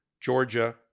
Georgia